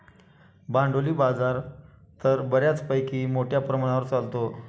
भांडवली बाजार तर बऱ्यापैकी मोठ्या प्रमाणावर चालतो